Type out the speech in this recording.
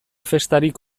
festarik